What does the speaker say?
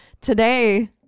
Today